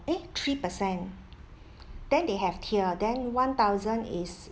eh three percent then they have tier then one thousand is